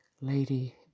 lady